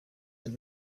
that